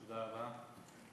תודה רבה.